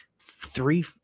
Three –